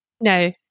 No